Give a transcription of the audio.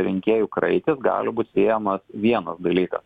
rinkėjų kraitis gali būt siejamas vienas dalykas